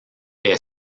est